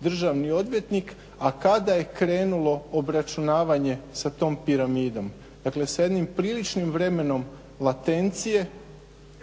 državni odvjetnik, a kada je krenulo obračunavanje sa tom piramidom, dakle sa jednim priličnim vremenom latencije